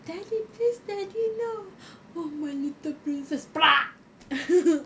daddy please daddy no oh my little princess blah